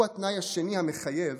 היא התנאי השני המחייב